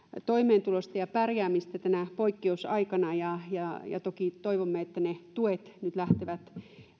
toimeentulosta ja pärjäämisestä tänä poikkeusaikana ja toki toivomme että ne tuet nyt lähtevät